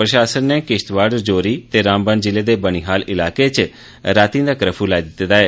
प्रशासन नै किश्तवाड़ राजौरी ते रामबन जिले दे बनिहाल इलाके इच राती दा कर्फ्यू लाई दिते दा ऐ